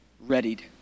readied